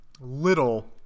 little